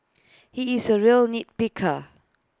he is A real nit picker